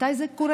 מתי זה קורה?